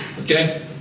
okay